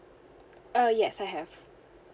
uh yes I have